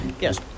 Yes